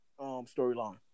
storyline